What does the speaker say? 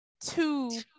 Two